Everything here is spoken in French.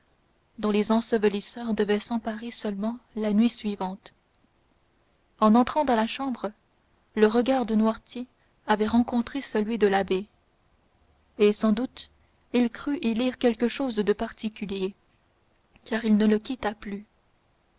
dont les ensevelisseurs devaient s'emparer seulement la nuit suivante en entrant dans la chambre le regard de noirtier avait rencontré celui de l'abbé et sans doute il crut y lire quelque chose de particulier car il ne le quitta plus